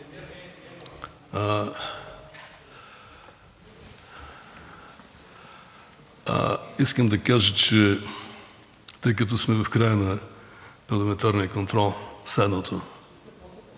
Искам да кажа, тъй като сме в края на парламентарния контрол, следното.